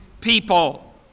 people